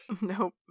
Nope